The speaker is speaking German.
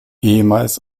ehemals